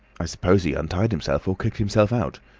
i suppose he untied himself or kicked himself out.